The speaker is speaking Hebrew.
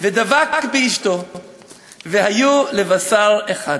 ודבק באשתו והיו לבשר אחד"